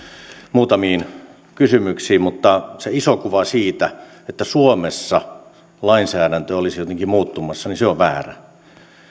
muutamiin kysymyksiin mutta se iso kuva siitä että suomessa lainsäädäntö olisi jotenkin muuttumassa on väärä